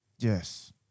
Yes